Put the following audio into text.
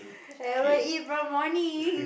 haven't eat from morning